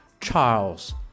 Charles